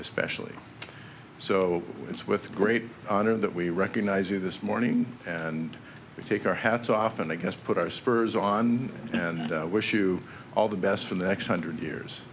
especially so it's with great honor that we recognize you this morning and take our hats off and i guess put our spurs on and wish you all the best for the next hundred years